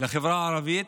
לחברה הערבית,